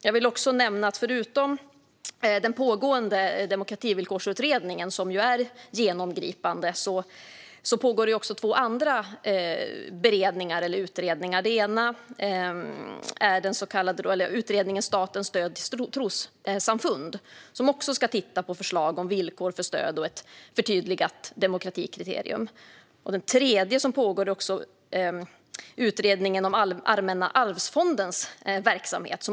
Jag vill också nämna att förutom den pågående Demokrativillkorsutredningen, som ju är genomgripande, pågår även två andra beredningar eller utredningar. Det handlar om utredningen Statens stöd till trossamfund i ett mångreligiöst Sverige, som också ska titta på förslag om villkor för stöd och ett förtydligat demokratikriterium. Den tredje utredningen som pågår är utredningen om Allmänna arvsfondens verksamhet.